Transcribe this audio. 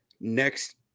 next